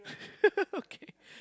okay